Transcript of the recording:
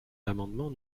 l’amendement